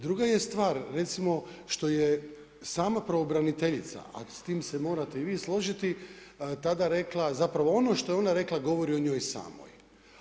Druga je stvar, recimo, što je sama pravobraniteljica, a s tim se morate i vi složiti, tada je rekla, zapravo ono što je ona rekla, govori o njoj sama.